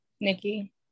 Nikki